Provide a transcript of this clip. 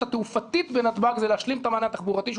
התעופתית בנתב"ג זה להשלים את המענה התחבורתי שהוא